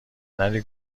نری